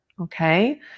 okay